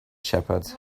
shepherds